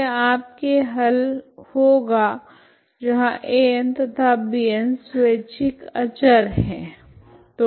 तो यह आपके हल होगा जहां An तथा Bn स्वैच्छिक अचर है